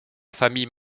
famille